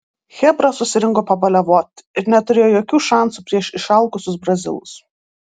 chebra susirinko pabaliavot ir neturėjo jokių šansų prieš išalkusius brazilus